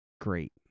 great